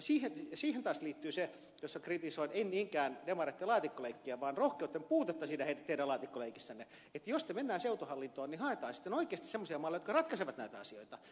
siihen taas liittyy se kohta jossa kritisoin en niinkään demareitten laatikkoleikkejä vaan rohkeuden puutetta siinä teidän laatikkoleikissänne että jos mennään seutuhallintoon niin haetaan sitten oikeasti semmoisia malleja jotka ratkaisevat näitä asioita